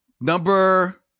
number